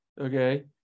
okay